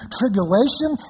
tribulation